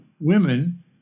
women